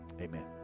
Amen